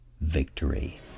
victory